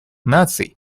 наций